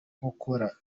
nkokora